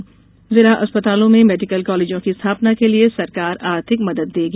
जिला अस्पतालों में मेडिकल कॉलेजों की स्थापना के लिये सरकार आर्थिक मदद देगी